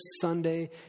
Sunday